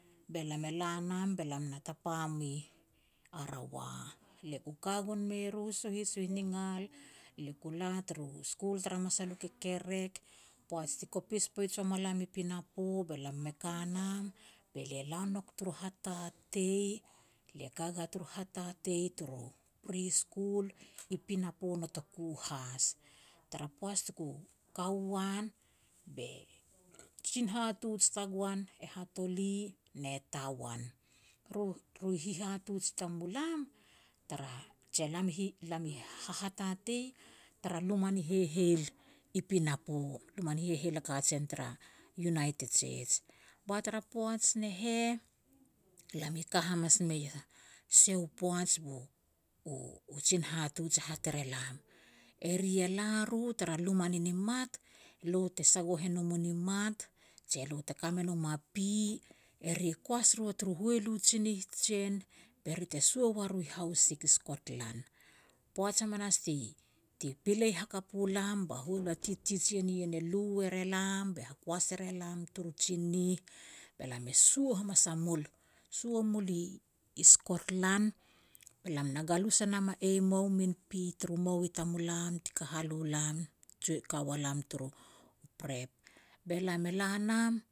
be lam e la nam be lam na tapa mui Arawa. Lia ku ka gon mei ru suhis u hiningal, lia ku la turu skul tara masal u kekerek. Poaj ti kopis poij ua ma lam i pinapo, be lam me ka nam, be lia la nouk turu hatatei. Lia ka ga turu hatatei turu pre school i pinapo notoku has. Tara poaj tuku ka u an, be jin hatuj tagoan e Hatoli ne Tawan. Ru-ru hihatuj tamulam, tara, je lam i hahatatei tara luma ni heiheil i pinapo, luma ni heiheil a kajen tara United Church. Ba tara poaj ne heh, lam i ka hamas mei sia u poaj bu u-u jin hatuj hat er elam, "Eri e la ru tara luma ni nimat, lo te sagoh e nom u nimat, jia lo te ka me nom a pi, eri e kuas ru a turu hualu tsinih jen, be ri te sua wa ru i haus sik, i Skotlan". Poaj hamanas ti-ti pilei hakap u lam, ba hualu a teach-teacher nien e lu er e lam be hakuas e re lam turu tsinih, be lam e sua hamas a mul. Sua mul i-i Skotlan, be lam na galus e nam a eimou min pi turu mou i tamulam ti kahal u lam ti ka wa lam turu prep. Be lam e la nam